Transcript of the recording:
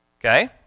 Okay